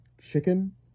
chicken